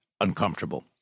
uncomfortable